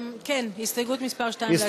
כן, הסתייגות מס' 2, להצביע.